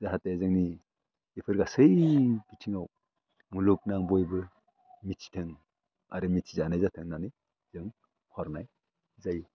जाहाथे जोंनि बेफोर गासै बिथिङाव मुलुगनां बयबो मिथिथों आरो मिथिजानाय जादों होन्नानै जों हरनाय जायो